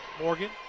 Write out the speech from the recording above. Morgan